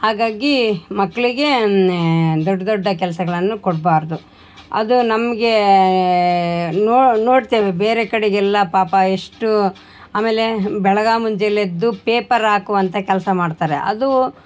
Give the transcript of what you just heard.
ಹಾಗಾಗಿ ಮಕ್ಕಳಿಗೆ ದೊಡ್ಡ ದೊಡ್ಡ ಕೆಲಸಗಳನ್ನು ಕೊಡಬಾರ್ದು ಅದು ನಮಗೆ ನೋಡು ನೋಡ್ತೇವೆ ಬೇರೆ ಕಡೆಗೆಲ್ಲ ಪಾಪ ಎಷ್ಟು ಆಮೇಲೆ ಬೆಳಗ್ಗೆ ಮುಂಜೇಲಿ ಎದ್ದು ಪೇಪರ್ ಹಾಕುವಂಥ ಕೆಲಸ ಮಾಡ್ತಾರೆ ಅದು